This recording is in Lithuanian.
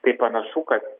tai panašu kad